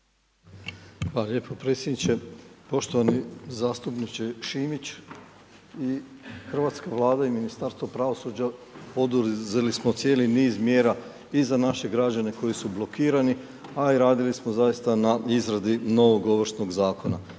Hvala lijepa predsjedniče. Poštovani zastupniče Šimić. I hrvatska Vlada i Ministarstvo pravosuđa poduzeli smo cijeli niz mjera i za naše građane koji su blokirani, a i radili smo zaista na izradi novog Ovršnog zakona.